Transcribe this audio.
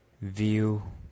view